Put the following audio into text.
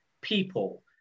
people